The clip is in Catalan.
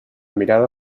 mirada